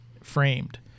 framed